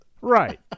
Right